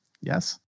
Yes